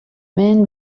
men